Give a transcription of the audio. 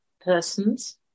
persons